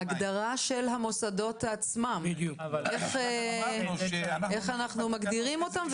ההגדרה של המוסדות עצמם איך אנחנו מגדירים אותם.